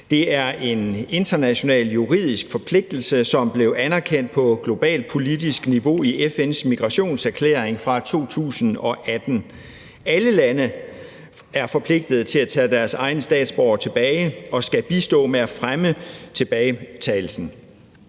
Det er en international, juridisk forpligtelse, som blev anerkendt på globalt politisk niveau i FN's migrationserklæring fra 2018. Alle lande er forpligtede til at tage deres egne statsborgere tilbage og skal bistå med at fremme tilbagetagelsen.